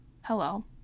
hello